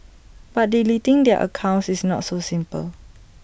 but deleting their accounts is not so simple